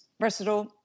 versatile